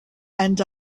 and